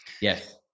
yes